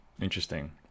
Interesting